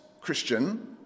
Christian